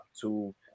two